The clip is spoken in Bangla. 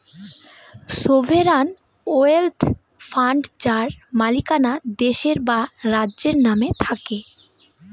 সভেরান ওয়েলথ ফান্ড যার মালিকানা দেশের বা রাজ্যের নামে থাকে